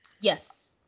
Yes